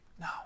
No